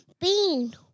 bean